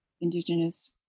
indigenous